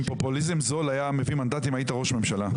פופוליזם זול היה מביא מנדטים היית ראש ממשלה.